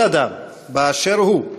כל אדם, באשר הוא,